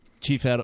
chief